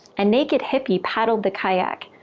a naked hippy paddled the kayak,